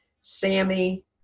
sammy